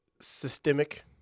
systemic